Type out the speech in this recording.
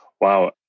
Wow